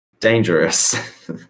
dangerous